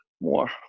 more